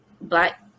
black